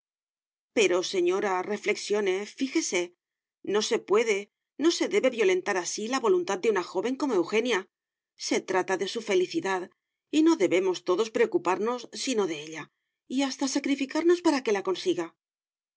pero señora reflexione fíjese no se puede no se debe violentar así la voluntad de una joven como eugenia se trata de su felicidad y no debemos todos preocuparnos sino de ella y hasta sacrificarnos para que la consiga